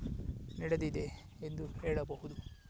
ನಡೆದಿದೆ ಎಂದು ಹೇಳಬಹುದು